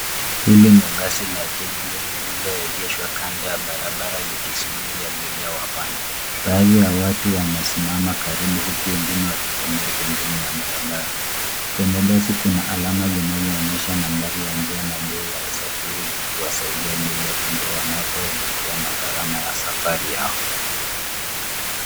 Hili ni basi la KBS lililoegeshwa kando ya barabara likisubiri abiria wapande. Baadhi ya watu wamesimama karibu huku wengine wakitembea pembeni ya barabara. Kwenye basi kuna alama zinazoonyesha nambari ya njia na bei ya usafiri zikiwasaidia abiria kujua wanakoelekea na gharama ya safari yao.